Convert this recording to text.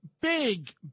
big